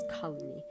colony